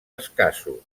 escassos